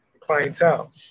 Clientele